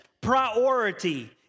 priority